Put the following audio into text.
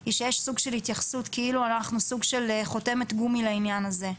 היא שיש פה סוג של התייחסות כאילו אנחנו חותמת גומי לעניין הזה.